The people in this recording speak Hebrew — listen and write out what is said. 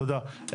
תודה.